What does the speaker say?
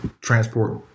transport